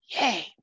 yay